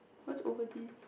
what's Ovaltine